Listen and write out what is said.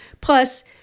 Plus